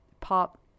pop